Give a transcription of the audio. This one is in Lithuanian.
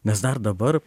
nes dar dabar